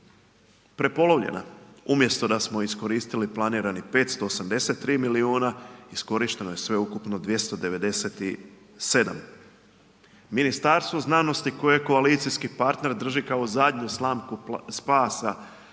prepolovljena. Umjesto da smo iskoristili planiranih 583 milijuna, iskorišteno je sveukupno 297. Ministarstvo znanosti koji je koalicijski partner drži kao zadnju slamku spasa